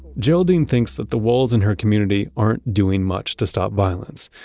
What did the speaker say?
geraldine thinks that the walls in her community aren't doing much to stop violence.